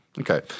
Okay